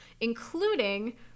including